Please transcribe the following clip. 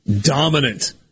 dominant